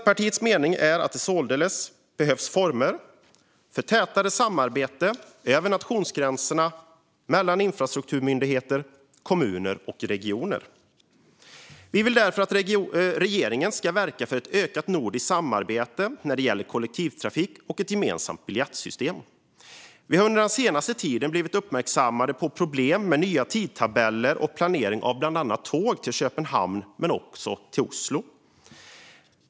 Vår mening är att det således behövs former för tätare samarbete över nationsgränserna mellan infrastrukturmyndigheter, kommuner och regioner. Centerpartiet vill därför att regeringen ska verka för ett ökat nordiskt samarbete när det gäller kollektivtrafik och ett gemensamt biljettsystem. Vi har den senaste tiden uppmärksammat att det finns problem med nya tidtabeller och planering av tåg till Köpenhamn och Oslo.